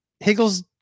Higgles